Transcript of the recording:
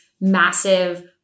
massive